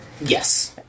yes